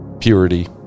purity